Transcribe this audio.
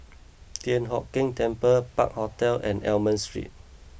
Thian Hock Keng Temple Park Hotel and Almond Street